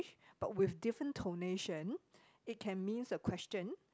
but with different tonation it can means a question